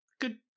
Good